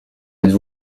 êtes